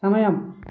సమయం